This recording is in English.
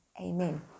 Amen